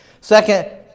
Second